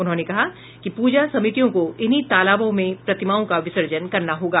उन्होंने कहा कि पूजा समितियों को इन्हीं तालाबों में प्रतिमाओं का विसर्जन करना होगा